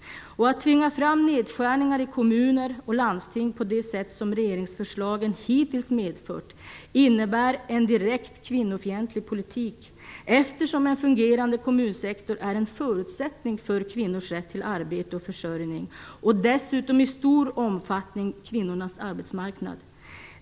Att tvinga fram nedskärningar i kommuner och landsting på det sätt som regeringsförslagen hittills har gjort innebär en direkt kvinnofientlig politik. En fungerande kommunsektor är ju en förutsättning för kvinnors rätt till arbete och försörjning och utgör dessutom i stor utsträckning kvinnornas arbetsmarknad.